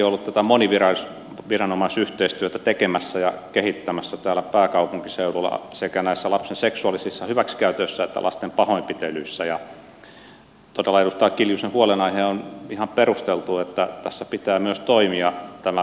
minäkin olen ollut tätä moniviranomaisyhteistyötä tekemässä ja kehittämässä täällä pääkaupunkiseudulla sekä näissä lapsen seksuaalisissa hyväksikäytöissä että lasten pahoinpitelyissä ja todella edustaja kiljusen huolenaihe on ihan perusteltu että tässä pitää myös toimia tämän verkoston